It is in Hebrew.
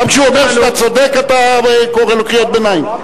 גם כשהוא אומר שאתה צודק אתה קורא לו קריאות ביניים?